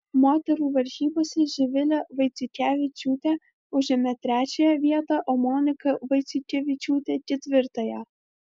moterų varžybose živilė vaiciukevičiūtė užėmė trečiąją vietą o monika vaiciukevičiūtė ketvirtąją